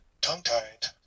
tongue-tied